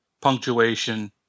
punctuation